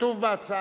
כתוב בהצעה.